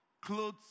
clothes